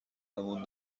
مون